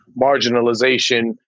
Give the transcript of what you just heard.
marginalization